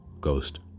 Ghost